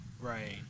Right